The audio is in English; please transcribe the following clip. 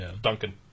Duncan